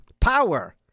power